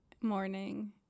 morning